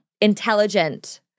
intelligent